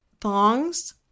thongs